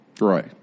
right